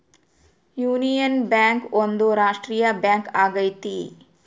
union bank ಒಂದು ರಾಷ್ಟ್ರೀಯ bank ಆಗೈತಿ